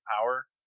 power